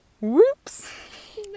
whoops